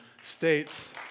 states